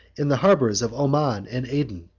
in the harbors of oman and aden,